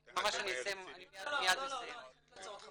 -- אני חייבת לעצור אותך פה.